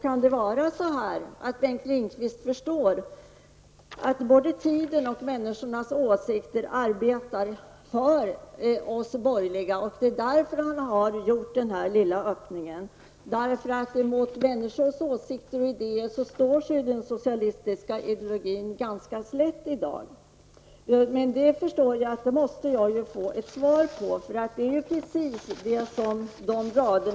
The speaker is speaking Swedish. Kan det vara så, att Bengt Lindqvist förstår att både tiden och människors åsikter arbetar för oss borgerliga och att det är därför som han har åstadkommit den här lilla öppningen? Mot människors åsikter och idéer står sig ju den socialistiska ideologin ganska slätt i dag. Jag förstår alltså svaret. Det är ju bara att se till vad som står på de aktuella raderna i det skrivna svaret.